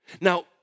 Now